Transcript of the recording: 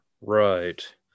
Right